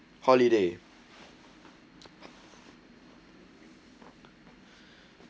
holiday